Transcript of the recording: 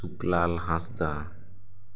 ᱥᱩᱠᱞᱟᱞ ᱦᱟᱸᱥᱫᱟ